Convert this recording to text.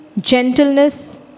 gentleness